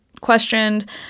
questioned